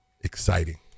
exciting